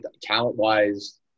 talent-wise